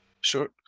Sure